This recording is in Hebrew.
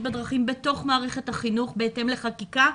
בדרכים בתוך מערכת החינוך בהתאם לחקיקה,